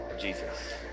Jesus